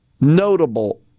notable